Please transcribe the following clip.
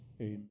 Amen